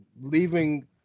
leaving